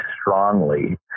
strongly